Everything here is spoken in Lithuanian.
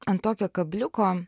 ant tokio kabliuko